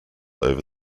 over